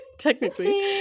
technically